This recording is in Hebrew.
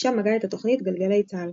שם הגה את התוכנית "גלגלי צה"ל".